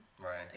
Right